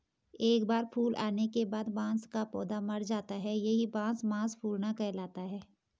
एक बार फूल आने के बाद बांस का पौधा मर जाता है यही बांस मांस फूलना कहलाता है